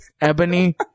ebony